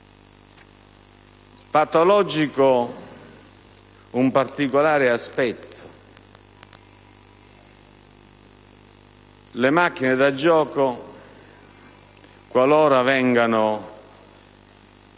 patologico un particolare aspetto: le macchine da gioco, qualora vengano messe